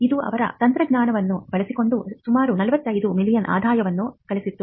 ಇದು ಅವರ ತಂತ್ರಜ್ಞಾನವನ್ನು ಬಳಸಿಕೊಂಡು ಸುಮಾರು 45 ಮಿಲಿಯನ್ ಆದಾಯವನ್ನು ಗಳಿಸಿತು